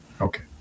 Okay